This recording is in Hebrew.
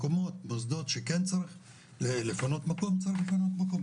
ומוסדות שכן צריך לפנות מקום צריך לפנות מקום,